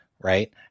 right